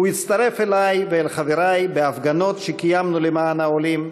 הוא הצטרף אלי ואל חברי בהפגנות שקיימנו למען העולים,